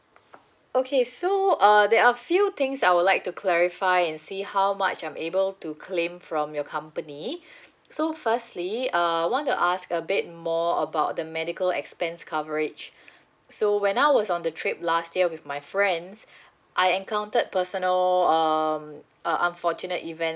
okay so uh there are a few things I would like to clarify and see how much I'm able to claim from your company so firstly uh I want to ask a bit more about the medical expense coverage so when I was on the trip last year with my friends I encountered personal um uh unfortunate event